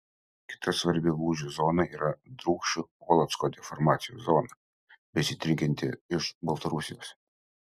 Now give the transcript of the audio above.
kita svarbi lūžių zona yra drūkšių polocko deformacijos zona besidriekianti iš baltarusijos